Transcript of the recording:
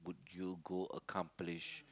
would you go accomplish